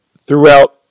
throughout